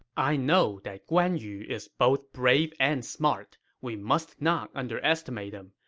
i know that guan yu is both brave and smart. we must not underestimate him.